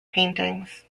paintings